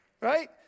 Right